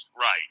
right